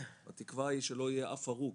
התקווה היא שלא יהיה אף הרוג,